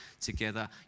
together